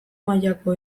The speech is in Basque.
mailako